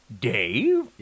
Dave